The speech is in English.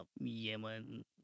Yemen